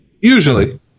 Usually